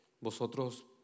Vosotros